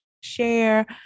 share